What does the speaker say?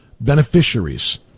beneficiaries